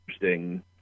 interesting